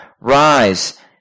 Rise